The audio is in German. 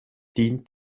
dient